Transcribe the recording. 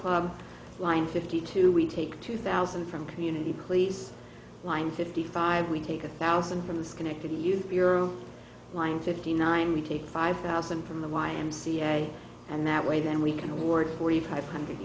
club line fifty two we take two thousand from community police line fifty five we take a thousand from the schenectady youth bureau line fifty nine we take five thousand from the y m c a and that way then we can award forty five hundred